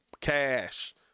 cash